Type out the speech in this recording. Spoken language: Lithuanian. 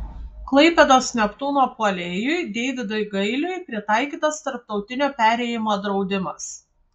klaipėdos neptūno puolėjui deividui gailiui pritaikytas tarptautinio perėjimo draudimas